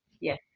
Yes